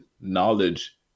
knowledge